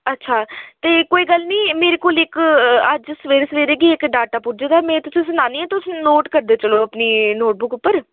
अच्छा ते कोई गल्ल निं मेरी कोल इक्क अज्ज सवेरै सवेरै केह् इक डेटा पुज्जे दा में तुसें ई सनान्नी आं तुस नोट करदे चलो अपनी नोटबुक उप्पर